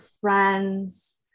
friends